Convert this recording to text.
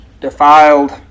defiled